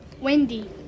Wendy